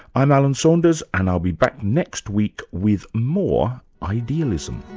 i'm alan saunders and i'll be back next week with more idealism